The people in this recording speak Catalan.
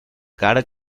cara